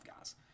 guys